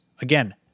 Again